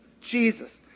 Jesus